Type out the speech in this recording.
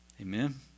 Amen